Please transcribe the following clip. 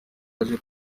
aje